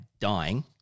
dying